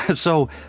and so,